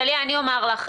טליה, אני אומר לך.